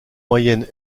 moyenne